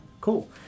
Cool